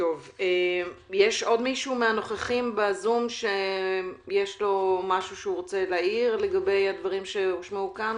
עוד מישהו מהנוכחים בזום רוצה להתייחס לדברים שהושמעו כאן?